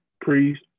Priest